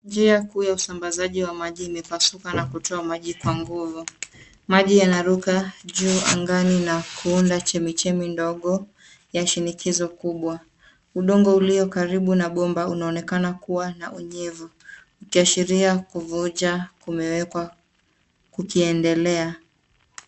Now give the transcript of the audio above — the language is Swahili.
Njia Kuu ya usambazaji wa maji imepasuka na kutoa maji Kwa nguvu. Maji yanaruka juu na kuunda chemichemi ndogo ya shinikizo kubwa. Udongo uliokaribu na bomba unaonekana kuwa na unyevu kuashiria kuvuja kumewekwa kukiemdelea.